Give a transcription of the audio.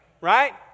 Right